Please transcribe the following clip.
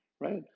right